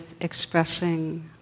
expressing